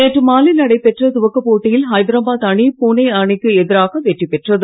நேற்று மாலை நடைபெற்ற துவக்க போட்டியில் ஐதராபாத் அணி புனே அணிக்கு எதிராக வெற்றி பெற்றது